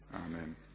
Amen